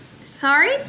Sorry